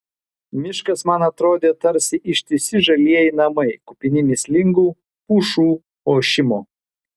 miškas man atrodė tarsi ištisi žalieji namai kupini mįslingo pušų ošimo